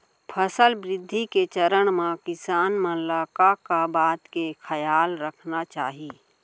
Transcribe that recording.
फसल वृद्धि के चरण म किसान मन ला का का बात के खयाल रखना चाही?